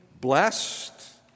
blessed